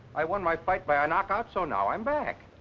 i won my fight by a knockout so now i'm back.